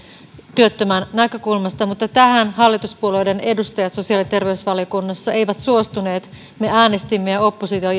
työttömän näkökulmasta mutta tähän hallituspuolueiden edustajat sosiaali ja terveysvaliokunnassa eivät suostuneet me äänestimme ja oppositio